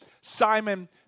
Simon